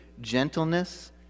gentleness